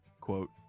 quote